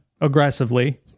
aggressively